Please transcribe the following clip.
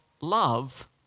love